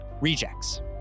Rejects